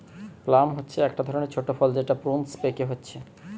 plum হচ্ছে একটা ধরণের ছোট ফল যেটা প্রুনস পেকে হচ্ছে